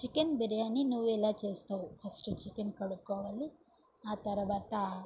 chicken biryani నువ్వెలా చేస్తావు first chicken కడుక్కోవాలి ఆ తరువాత